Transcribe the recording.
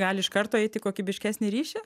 gali iš karto eiti į kokybiškesnį ryšį